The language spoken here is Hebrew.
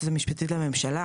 ליועצת המשפטית לממשלה.